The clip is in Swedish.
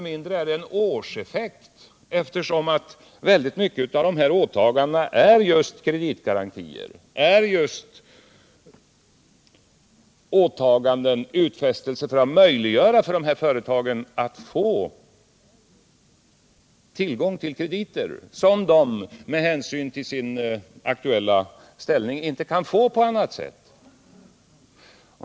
mindre en årseffekt, eftersom väldigt mycket av åtagandena är just kreditgarantier, utfästelser för att möjliggöra för dessa företag att få tillgång till krediter, som de med hänsyn till sin aktuella ställning inte kan få på annat sätt.